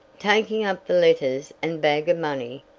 taking up the letters and bag of money,